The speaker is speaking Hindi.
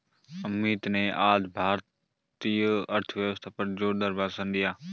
अमित ने आज भारतीय अर्थव्यवस्था पर जोरदार भाषण दिया